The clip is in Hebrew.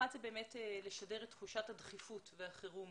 נקודה אחת היא לשדר את תחושת הדחיפות והחירום